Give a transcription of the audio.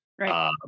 right